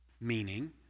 meaning